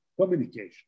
communication